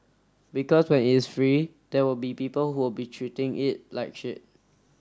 because when it's free there will be people who be treating it like shit